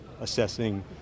assessing